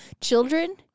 Children